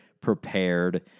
prepared